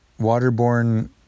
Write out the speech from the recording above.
waterborne